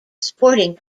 sporting